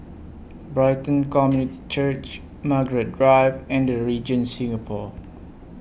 Brighton Community Church Margaret Drive and The Regent Singapore